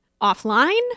offline